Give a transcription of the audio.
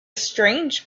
strange